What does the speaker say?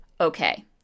Okay